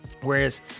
whereas